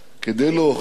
כדי להוכיח